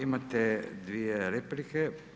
Imate dvije replike.